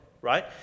right